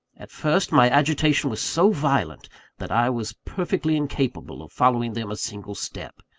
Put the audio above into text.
at first, my agitation was so violent that i was perfectly incapable of following them a single step.